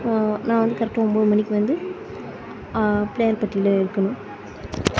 நான் வந்து கரெட்டாக ஒன்போது மணிக்கு வந்து பிள்ளையார்பட்டியில் இருக்கணும்